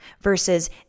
versus